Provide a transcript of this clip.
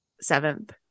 Seventh